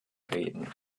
reden